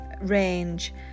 range